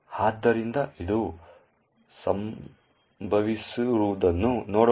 ಆದ್ದರಿಂದ ಇದು ಸಂಭವಿಸುವುದನ್ನು ನೋಡೋಣ